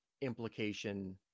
implication